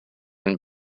and